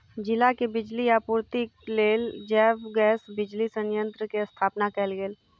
जिला के बिजली आपूर्तिक लेल जैव गैस बिजली संयंत्र के स्थापना कयल गेल